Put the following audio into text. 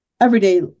everyday